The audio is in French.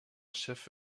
chef